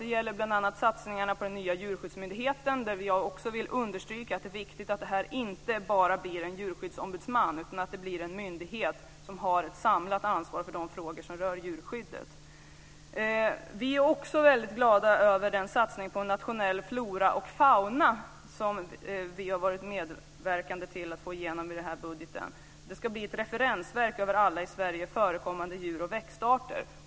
Det gäller bl.a. satsningen på den nya djurskyddsmyndigheten. Där vill jag understryka att det är viktigt att det här inte bara blir en djurskyddsombudsman utan att det blir en myndighet som har ett samlat ansvar för de frågor som rör djurskyddet. Vi är också väldigt glada över den satsning på en nationell flora och fauna som vi har medverkat till att få igenom i den här budgeten. Det ska blir ett referensverk över alla i Sverige förekommande djur och växtarter.